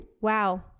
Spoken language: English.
wow